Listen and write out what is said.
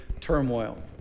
Turmoil